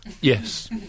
yes